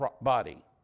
body